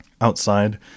outside